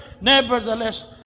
nevertheless